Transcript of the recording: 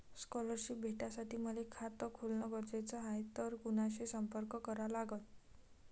Scholarship भेटासाठी मले खात खोलने गरजेचे हाय तर कुणाशी संपर्क करा लागन?